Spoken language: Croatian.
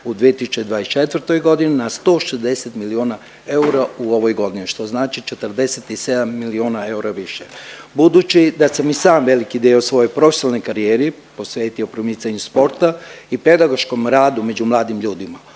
u 2024. godini na 160 milijuna eura u ovoj godini, što znači 47 milijuna eura više. Budući da sam i sam veliki dio svoje profesionalne karijere posvetio promicanju sporta i pedagoškom radu među mladim ljudima.